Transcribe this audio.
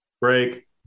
Break